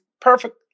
perfect